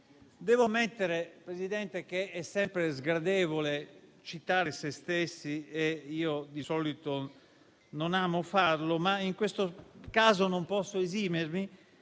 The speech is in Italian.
Devo ammettere, signor Presidente, che è sempre sgradevole citare sé stessi e io di solito non amo farlo. In questo caso, però, non posso esimermi,